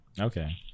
okay